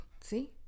See